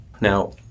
Now